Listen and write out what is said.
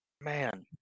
Man